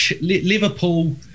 Liverpool